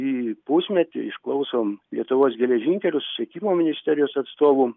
į pusmetį išklausom lietuvos geležinkelių susisiekimo ministerijos atstovų